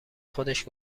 خودش